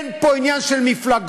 אין פה עניין של מפלגות,